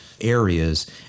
areas